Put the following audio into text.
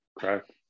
Correct